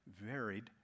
varied